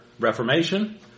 Reformation